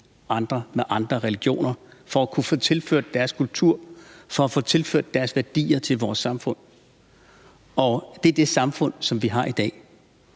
andre med andre religioner for at kunne få tilført deres kultur og for at få tilført deres værdier til vores samfund. Og det er det samfund, som vi har i dag.